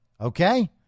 Okay